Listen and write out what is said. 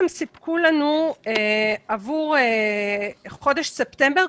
הם סיפקו לנו עבור חודש ספטמבר,